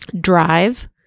Drive